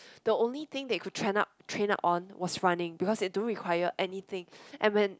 the only thing they could train up train up on was running because they don't require anything and when